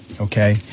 okay